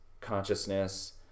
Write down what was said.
consciousness